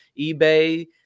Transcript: eBay